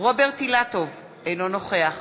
רוברט אילטוב, אינו נוכח